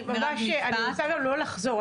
אני רוצה גם לחזור,